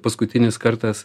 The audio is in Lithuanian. paskutinis kartas